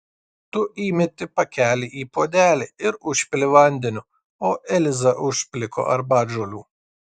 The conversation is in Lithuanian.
tu įmeti pakelį į puodelį ir užpili vandeniu o eliza užpliko arbatžolių